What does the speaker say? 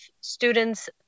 students